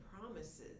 promises